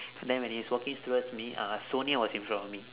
and then when he's walking towards me uh sonia was in front of me